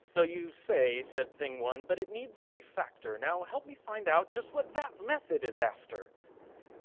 so, you say, said thing one, but it needs a refactor. now, help me find out just what that method is after